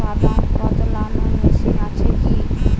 বাদাম কদলানো মেশিন আছেকি?